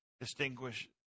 distinguish